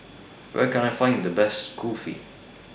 Where Can I Find The Best Kulfi